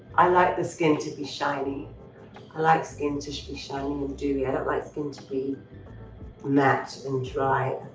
i like the skin to be shiny. i like skin to so be shining and dewy. i don't like skin to be matte and dry.